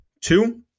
two